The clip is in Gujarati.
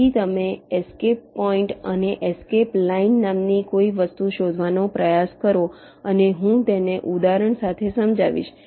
તેથી તમે એસ્કેપ પોઈન્ટ અને એસ્કેપ લાઇન નામની કોઈ વસ્તુ શોધવાનો પ્રયાસ કરો અને હું તેને ઉદાહરણ સાથે સમજાવીશ